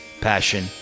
passion